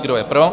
Kdo je pro?